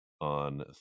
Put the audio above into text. on